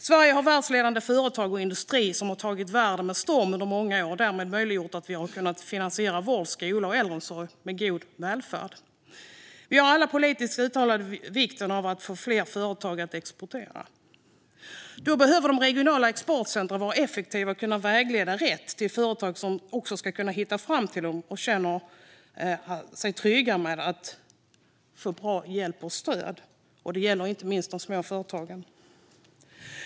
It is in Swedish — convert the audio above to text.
Sverige har världsledande företag och industrier som har tagit världen med storm under många år och därmed möjliggjort för oss att finansiera vård, skola och äldreomsorg med god välfärd. Vi har alla politiskt uttalat vikten av att få fler företag att exportera. Då behöver de regionala exportcentrumen vara effektiva och kunna vägleda företag rätt så att de känner sig trygga med att de får bra hjälp och stöd. Det gäller inte minst de små företagen.